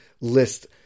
list